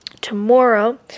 Tomorrow